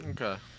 Okay